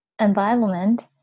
environment